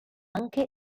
anche